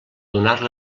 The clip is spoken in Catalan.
donar